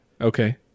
Okay